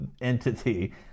entity